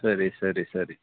ಸರಿ ಸರಿ ಸರಿ